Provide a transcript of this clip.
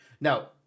Now